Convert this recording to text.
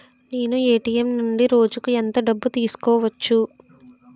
నేను ఎ.టి.ఎం నుండి రోజుకు ఎంత డబ్బు తీసుకోవచ్చు?